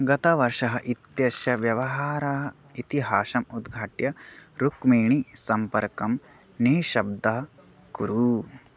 गतवर्षः इत्यस्य व्यवहार इतिहासम् उद्घाट्य रुक्मीिणी सम्पर्कं निःशब्दं कुरु